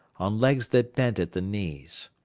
on legs that bent at the knees.